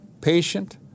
patient